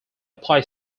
apply